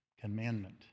commandment